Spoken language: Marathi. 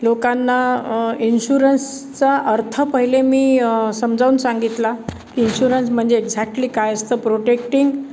लोकांना इन्शुरन्सचा अर्थ पहिले मी समजावून सांगितला की इन्शुरन्स म्हणजे एक्झॅक्टली काय असतं प्रोटेक्टिंग